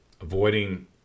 Avoiding